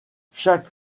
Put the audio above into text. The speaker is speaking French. chaque